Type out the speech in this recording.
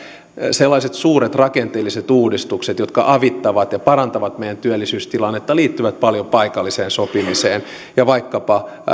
sellaiset suuret rakenteelliset uudistukset jotka avittavat ja parantavat meidän työllisyystilannetta liittyvät paljon paikalliseen sopimiseen ja vaikkapa